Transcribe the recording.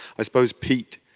i suppose pete,